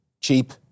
cheap